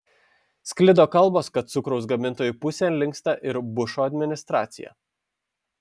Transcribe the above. sklido kalbos kad cukraus gamintojų pusėn linksta ir bušo administracija